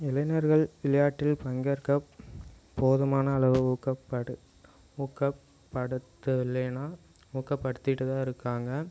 இளைஞர்கள் விளையாட்டில் பங்கேற்க போதுமான அளவு ஊக்கப்படு ஊக்கப்படுத்தலேனா ஊக்கப்படுத்திக்கிட்டு தான் இருக்காங்க